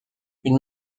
une